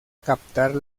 captar